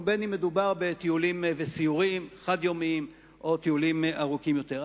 ובין שמדובר בטיולים וסיורים חד-יומיים או בטיולים ארוכים יותר.